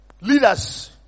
leaders